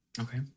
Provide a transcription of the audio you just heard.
Okay